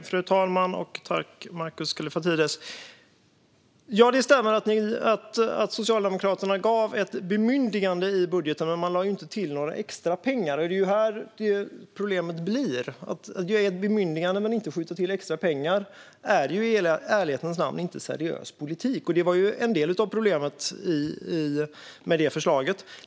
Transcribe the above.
Fru talman! Ja, det stämmer att Socialdemokraterna gav ett bemyndigande i budgeten, men man lade inte till några extra pengar. Det är här det blir ett problem. Att ge ett bemyndigande men inte skjuta till extra pengar är i ärlighetens namn inte seriös politik, och det var ett av problemen med det förslaget.